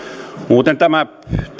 muuten tämä